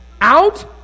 Out